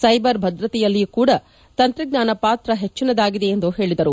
cyber ಭದ್ರತೆಯಲ್ಲಿಯೂ ಕೂಡ ತಂತ್ರಜ್ಞಾನ ಪಾತ್ರ ಹೆಚ್ಚಿನದಾಗಿದೆ ಎಂದು ಹೇಳಿದರು